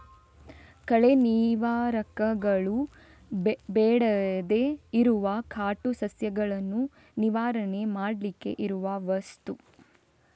ಕಳೆ ನಿವಾರಕಗಳು ಬೇಡದೇ ಇರುವ ಕಾಟು ಸಸ್ಯಗಳನ್ನ ನಿವಾರಣೆ ಮಾಡ್ಲಿಕ್ಕೆ ಇರುವ ವಸ್ತು